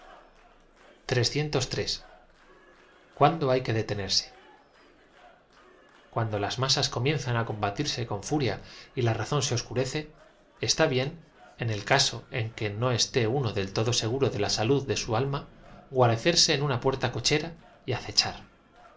cuándo hay qus detenerse cuando las masas comienzan á combatirse con fu ría y la razón se oscurece está bien en e l caso en que no eeté uno del todo seguro de la salud de su al ma guarecerse en una puerta cochera y acechar